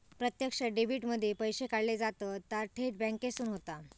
प्रत्यक्ष डेबीट मध्ये पैशे काढले जातत ता थेट बॅन्केसून होता